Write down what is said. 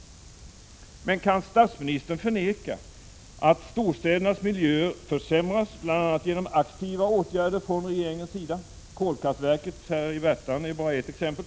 Kan statsministern förneka att storstädernas miljöer försämrats bl.a. genom aktiva åtgärder från regeringens sida? Kolkraftverket i Värtan är bara ett exempel.